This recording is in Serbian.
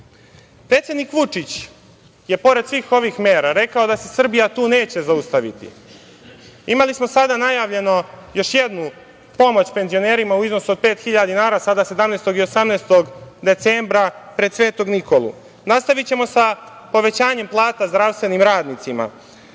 Vučić je pored svih ovih mera rekao da se Srbija tu neće zaustaviti. Imali smo sada najavljenu još jednu pomoć penzionerima u iznosu od 5.000 dinara, sada 17. i 18. decembra pred Sv. Nikolu. Nastavićemo sa povećanjem plata zdravstvenim radnicima,